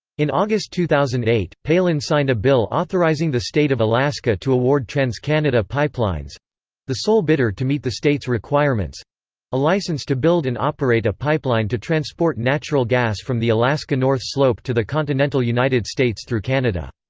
in august two thousand and eight, palin signed a bill authorizing the state of alaska to award transcanada pipelines the sole bidder to meet the state's requirements a license to build and operate a pipeline to transport natural gas from the alaska north slope to the continental united states through canada.